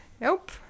Nope